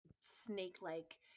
snake-like